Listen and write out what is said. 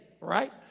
right